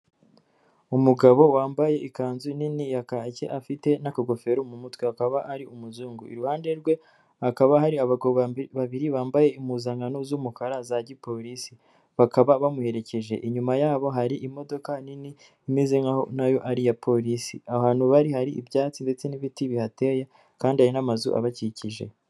Umugabo wambaye ikanzu nini ya kake afite n'akagofero mu mutwe akaba ari umuzungu, iruhande rwe hakaba hari abagabo babiri bambaye impuzankano z'umukara za gipolisi bakaba bamuherekeje, inyuma yabo hari imodoka nini imeze nk'aho na yo ari iya polisi ahantu bari hari ibyatsi ndetse n'ibiti bihateye kandi hari n'amazu abakikije.